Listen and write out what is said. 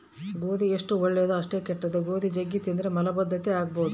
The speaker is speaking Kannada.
ಗೋಧಿ ಎಷ್ಟು ಒಳ್ಳೆದೊ ಅಷ್ಟೇ ಕೆಟ್ದು, ಗೋಧಿ ಜಗ್ಗಿ ತಿಂದ್ರ ಮಲಬದ್ಧತೆ ಆಗಬೊದು